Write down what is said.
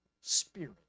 spirit